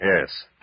Yes